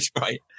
Right